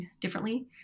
differently